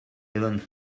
even